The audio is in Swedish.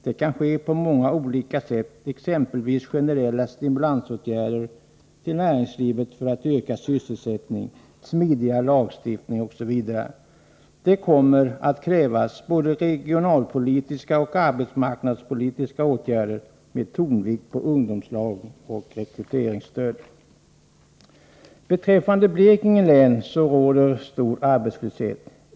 Detta kan ske på många olika sätt, exempelvis genom generella stimulansåtgärder till näringslivet för att öka sysselsättningen, smidigare lagstiftning osv. Det kommer att krävas både regionalpolitiska och arbetsmarknadspolitiska åtgärder med tonvikt på ungdomslag och rekryteringsstöd. I Blekinge län råder stor arbetslöshet.